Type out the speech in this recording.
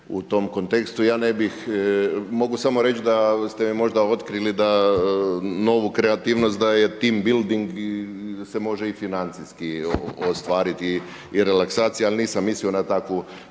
u tom kontekstu. Ja ne bih, mogu samo reći da ste me možda otkrili da novu kreativnost daje tema building i da se može i financijski ostvariti i relaksacija, ali nisam mislio na takvu